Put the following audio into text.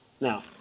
Now